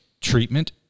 treatment